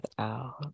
out